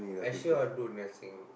actually I want to do nursing